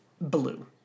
blue